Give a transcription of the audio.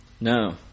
No